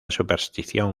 superstición